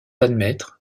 admettre